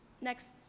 Next